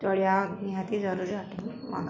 ଚଳିଆ ନିହାତି ଜରୁରୀ ଅଟେ